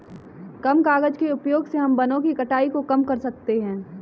कम कागज़ के उपयोग से हम वनो की कटाई को कम कर सकते है